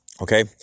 okay